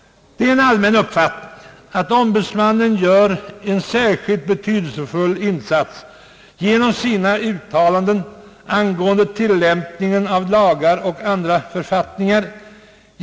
Det är en allmän uppfattning att ombudsmannen gör en särskilt betydelsefull insats genom sina uttalanden angående tilllämpningen av lagar och andra författningar.